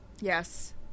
yes